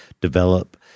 develop